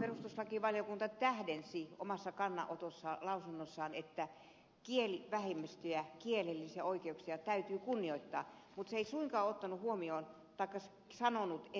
perustuslakivaliokunta tähdensi omassa kannanotossaan lausunnossaan että kielivähemmistöjä kielellisiä oikeuksia täytyy kunnioittaa mutta se ei suinkaan ottanut huomioon taikka sanonut